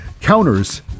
counters